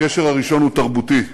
הקשר הראשון הוא תרבותי.